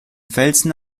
felsen